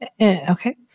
Okay